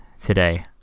Today